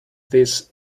these